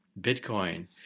Bitcoin